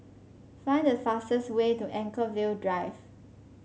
find the fastest way to Anchorvale Drive